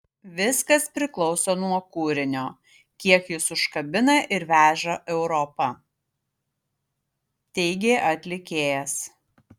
viskas priklauso nuo kūrinio kiek jis užkabina ir veža europa teigė atlikėjas